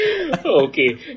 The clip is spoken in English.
Okay